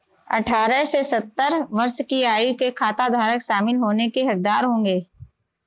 अठारह से सत्तर वर्ष की आयु के खाताधारक शामिल होने के हकदार होंगे